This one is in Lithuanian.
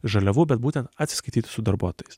žaliavų bet būtent atsiskaityti su darbuotojais